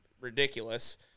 ridiculous